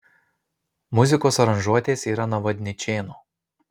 muzikos aranžuotės yra navadničėno